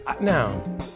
Now